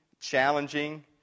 challenging